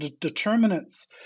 determinants